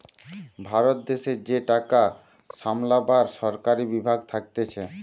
ভারত দেশের যে টাকা সামলাবার সরকারি বিভাগ থাকতিছে